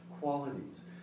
qualities